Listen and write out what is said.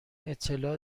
اطلاع